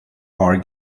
are